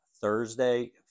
Thursday